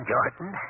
Jordan